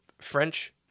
French